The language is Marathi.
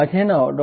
माझे नाव डॉ